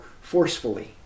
forcefully